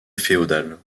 féodale